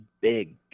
big